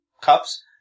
cups